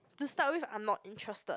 to start with I'm not interested